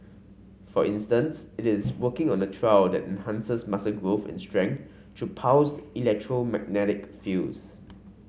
for instance it is working on a trial that enhances muscle growth and strength through pulsed electromagnetic fields